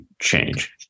change